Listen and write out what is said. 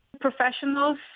Professionals